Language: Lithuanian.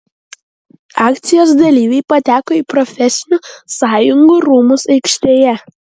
akcijos dalyviai pateko į profesinių sąjungų rūmus aikštėje